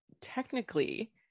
technically